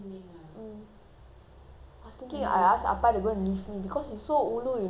I was thinking I ask appa to go and leave me because it's so ulu you know I will take like forty minutes to go